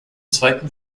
zweiten